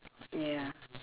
ya